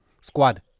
squad